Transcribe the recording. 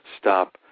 stop